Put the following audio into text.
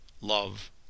Love